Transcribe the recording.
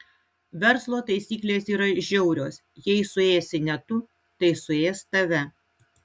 verslo taisyklės yra žiaurios jei suėsi ne tu tai suės tave